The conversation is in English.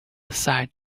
aside